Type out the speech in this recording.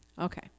Okay